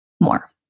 more